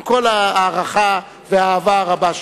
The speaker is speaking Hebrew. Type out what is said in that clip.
עם כל ההערכה והאהבה הרבה שלי.